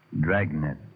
Dragnet